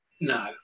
no